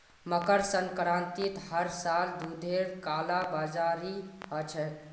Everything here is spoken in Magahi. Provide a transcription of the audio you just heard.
मकर संक्रांतित हर साल दूधेर कालाबाजारी ह छेक